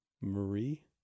Marie